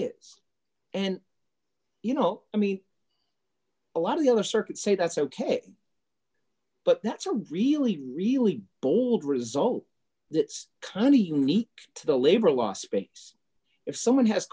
is and you know i mean a lot of the other circuits say that's ok but that's a really really bold result that's kind of unique to the labor law space if someone has